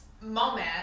moment